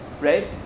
right